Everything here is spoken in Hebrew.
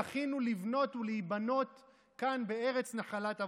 זכינו לבנות ולהיבנות כאן בארץ נחלת אבותינו,